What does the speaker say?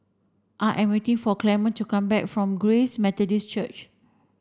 I am waiting for Clemente to come back from Grace Methodist Church